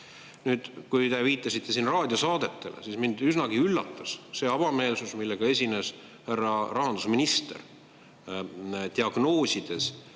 kui te viitasite siin raadiosaadetele, siis mind üsnagi üllatas see avameelsus, millega esines härra rahandusminister, [hinnates]